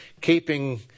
keeping